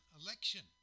election